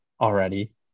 already